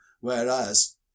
whereas